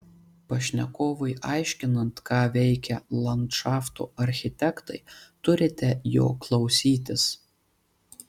pašnekovui aiškinant ką veikia landšafto architektai turite jo klausytis